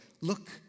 look